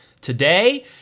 today